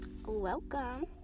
Welcome